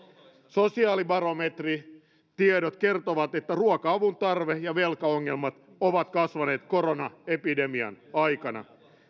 sosiaalibarometrin tiedot kertovat että ruoka avun tarve ja velkaongelmat ovat kasvaneet koronaepidemian aikana